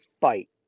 fight